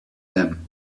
them